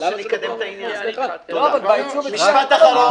משפט אחרון.